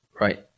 Right